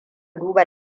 duba